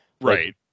Right